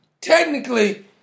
technically